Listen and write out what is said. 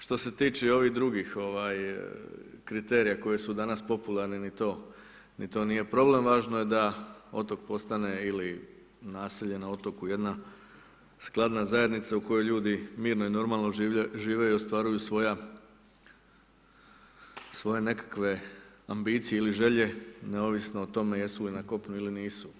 Što se tiče ovih drugih kriterija koji su danas popularni ni to, ni to nije problem važno je da otok postane ili naselje na otoku jedna skladna zajednica u kojoj ljudi mirno i normalno žive i ostvaruju svoje nekakve ambicije ili želje neovisno o tome jesu li na kopnu ili nisu.